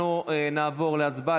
אנחנו נעבור להצבעה.